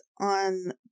on